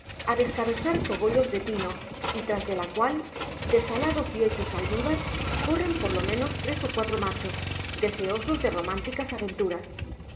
a descabezar cogollos de pino y tras de la cual desalados y hechos almíbar corren por lo menos tres o cuatro machos deseosos de románticas aventuras